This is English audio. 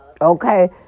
Okay